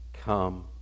come